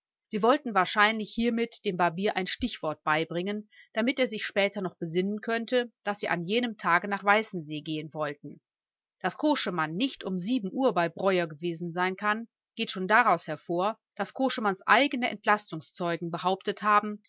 sie wollten wahrscheinlich hiermit dem barbier ein stichwort beibringen damit er sich später noch besinnen könnte daß sie an jenem tage nach weißensee gehen wollten daß koschemann nicht um sieben uhr bei breuer gewesen sein kann geht schon daraus hervor daß koschemanns eigene entlastungszeugen behauptet haben